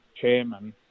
chairman